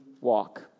walk